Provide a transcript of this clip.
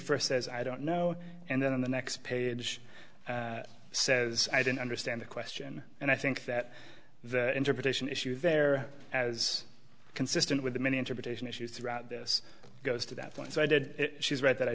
first says i don't know and then the next page says i didn't understand the question and i think that the interpretation issue there as consistent with the many interpretation issues throughout this goes to that point so i did read that i